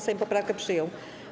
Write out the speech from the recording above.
Sejm poprawkę przyjął.